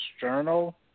Journal